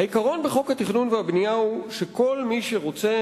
העיקרון בחוק התכנון והבנייה הוא שכל מי שרוצה